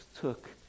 took